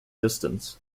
distance